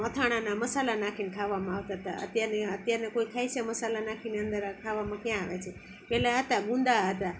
અથાણાંનાં મસાલા નાખીને ખાવામાં આવતાં હતાં અત્યારના કોઈ ખાય છે મસાલા નાખીને અંદર આ ખાવામાં ક્યાં આવે છે પહેલાં હતા ગુંદા હતા